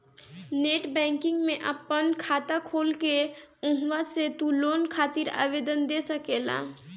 net banking में आपन खाता खोल के उहवा से तू लोन खातिर आवेदन दे सकेला